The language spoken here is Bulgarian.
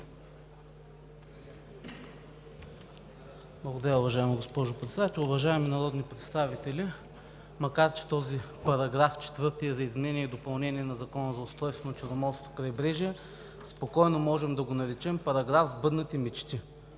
Благодаря, уважаема госпожо Председател. Уважаеми народни представители, макар че този § 4 е за изменение и допълнение на Закона за устройството на Черноморското крайбрежие, спокойно можем да го наречем „Параграф сбъднати мечти“.